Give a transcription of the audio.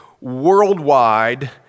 worldwide